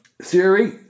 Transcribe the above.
Siri